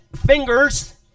fingers